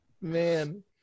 Man